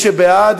ויותר מזה,